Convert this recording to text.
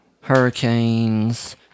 hurricanes